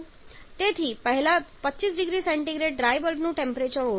તેથી પહેલા 25 0C dry બલ્બનું ટેમ્પરેચર ઓળખો